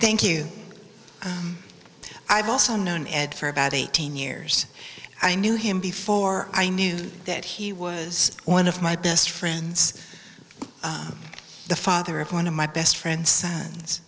thank you i've also known ed for about eighteen years i knew him before i knew that he was one of my best friends the father of one of my best friends sons